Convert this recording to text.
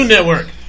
Network